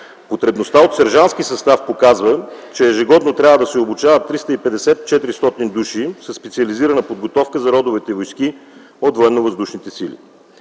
Потребността от сержантски състав показа, че ежегодно трябва да се обучават 350-400 души със специализирана подготовка за родовете войски от